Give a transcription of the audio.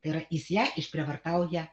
tai yra jis ją išprievartauja